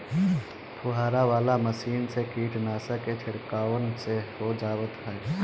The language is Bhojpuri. फुहारा वाला मशीन से कीटनाशक के छिड़काव निक से हो जात हवे